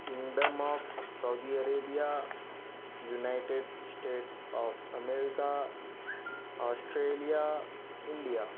kingdom of Saudi Arabia United States of America Australia India